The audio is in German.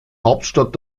hauptstadt